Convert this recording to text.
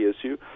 issue